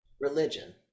Religion